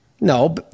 No